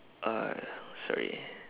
uh sorry